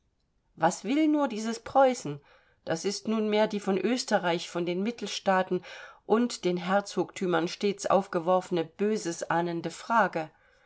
was will nur dieses preußen das ist nunmehr die von österreich von den mittelstaaten und den herzogtümern stets aufgeworfene böses ahnende frage